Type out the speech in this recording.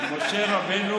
משה רבנו